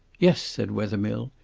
yes, said wethermill.